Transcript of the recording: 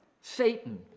Satan